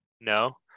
No